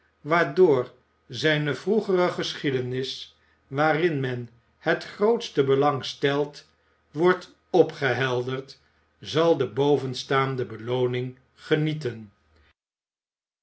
waardoor zijne vroegere geschiedenis waarin men het grootste belang stelt wordt opgehelderd zal de bovenstaande belooning genieten